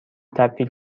تبدیل